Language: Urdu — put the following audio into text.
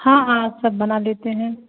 ہاں ہاں سب بنا لیتے ہیں